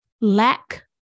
Lack